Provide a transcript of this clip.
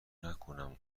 نکنم